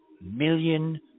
million